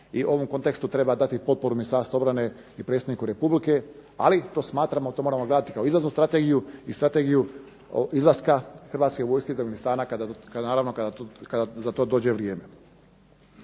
u ovom kontekstu treba dati potporu Ministarstva obrane i predsjedniku Republike. Ali to smatramo da to moramo gledati kao izlaznu strategiju i strategiju izlaska Hrvatske vojske iz Afganistana kada za to dođe vrijeme.